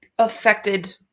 Affected